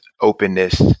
openness